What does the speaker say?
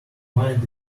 mind